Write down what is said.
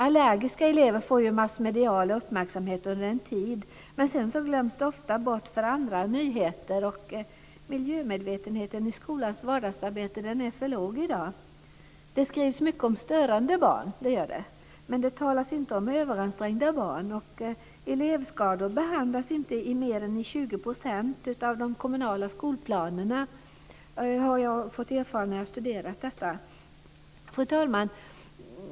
Allergiska elever får massmedial uppmärksamhet under en tid, men sedan glöms de ofta bort för andra nyheter. Miljömedvetenheten i skolans vardagsarbete är för låg i dag. Det skrivs mycket om störande barn, men det talas inte om överansträngda barn. Elevskador behandlas inte i mer än 20 % av de kommunala skolplanerna, har jag erfarit när jag har studerat detta. Fru talman!